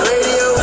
Radio